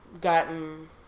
gotten